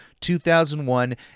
2001